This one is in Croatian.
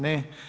Ne.